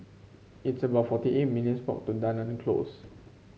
it's about forty eight minutes' walk to Dunearn Close